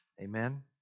Amen